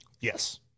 Yes